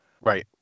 Right